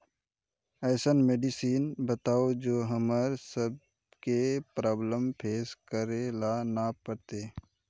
ऐसन मेडिसिन बताओ जो हम्मर सबके प्रॉब्लम फेस करे ला ना पड़ते?